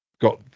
got